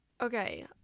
Okay